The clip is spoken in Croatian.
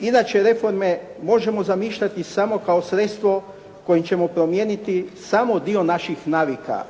Inače reforme možemo zamišljati samo kao sredstvo kojim ćemo promijeniti samo dio naših navika.